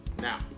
now